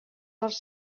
dels